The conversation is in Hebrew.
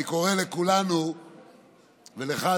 אני קורא לכולנו ולך,